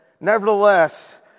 Nevertheless